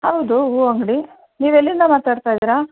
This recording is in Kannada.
ಹೌದು ಹೂ ಅಂಗಡಿ ನೀವೆಲ್ಲಿಂದ ಮಾತಾಡ್ತಾಯಿದ್ದೀರಾ